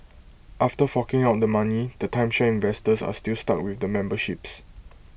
after forking out the money the timeshare investors are still stuck with the memberships